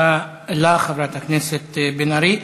תודה לך, חברת הכנסת בן ארי.